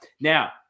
Now